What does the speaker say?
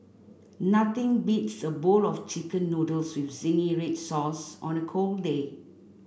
nothing beats a bowl of chicken noodles with zingy red sauce on a cold day